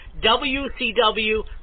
wcw